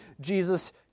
Jesus